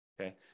Okay